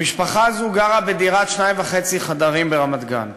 המשפחה הזאת גרה בדירת שניים וחצי חדרים ברמת-גן.